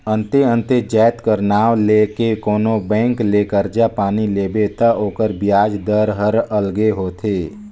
अन्ते अन्ते जाएत कर नांव ले के कोनो बेंक ले करजा पानी लेबे ता ओकर बियाज दर हर अलगे होथे